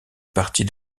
partie